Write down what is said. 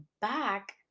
back